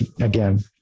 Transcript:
again